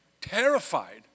terrified